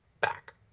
back